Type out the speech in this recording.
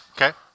Okay